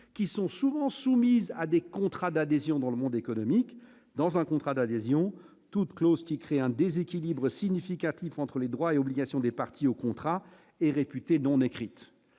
qui sont souvent soumises à des contrats d'adhésion dans le monde économique dans un contrat d'adhésion toute clause qui crée un déséquilibre significatif entre les droits et obligations des parties au contrat et réputée non écrite,